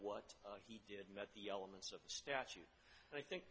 what he did met the elements of statute and i think